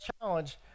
challenge